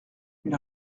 une